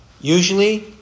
Usually